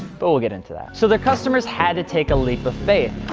but we'll get into that. so the customers had to take a leap of faith.